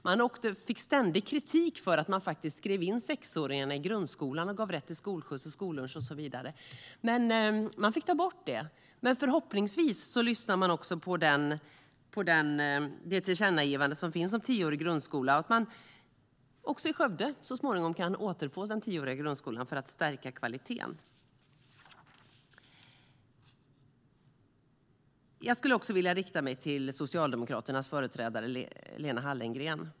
Man fick ständig kritik för att man skrev in sexåringarna i grundskolan och gav rätt till skolskjuts och skollunch och så vidare. Man fick ta bort det. Men förhoppningsvis lyssnar regeringen på det tillkännagivande som finns om tioårig grundskola så att man i Skövde så småningom kan återfå den tioåriga grundskolan för att stärka kvaliteten. Jag skulle också vilja rikta mig till Socialdemokraternas företrädare Lena Hallengren.